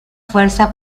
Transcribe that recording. fuerza